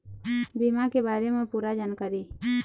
बीमा के बारे म पूरा जानकारी?